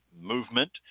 movement